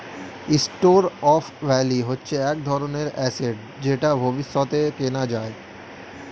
store of value হচ্ছে এক ধরনের অ্যাসেট যেটা ভবিষ্যতে কেনা যায়